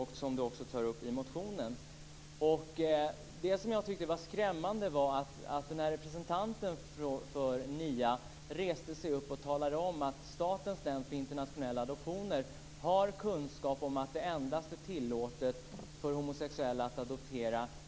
Något som för mig var skrämmande var att representanten för NIA reste sig upp och talade om att Statens nämnd för internationella adoptioner har kunskap om att det i USA endast i en delstat är tillåtet för homosexuella att adoptera.